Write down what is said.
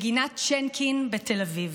בגינת שינקין בתל אביב,